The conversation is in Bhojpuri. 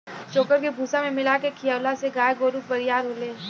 चोकर के भूसा में मिला के खिआवला से गाय गोरु बरियार होले